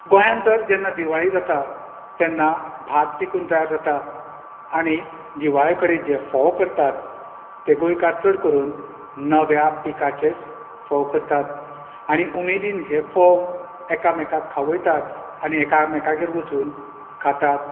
गोंयांत तर जेन्ना दिवाळी जाता तेन्ना भात पिकून तयार जाता आनी दिवाळे कडेन जे फोव करता ते गोंयकार चड करून नव्या पिकाचेच फोव करतात आनी उमेदीन हे फोव एकामेकांक खावयतात आनी एकामेकागेर वचून खातात